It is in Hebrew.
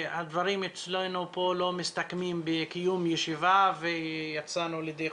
הדברים אצלנו פה לא מסתכמים בקיום ישיבה ויצאנו ידי חובה,